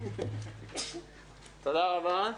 תודה רבה.